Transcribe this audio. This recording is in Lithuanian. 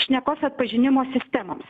šnekos atpažinimo sistemoms